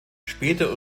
später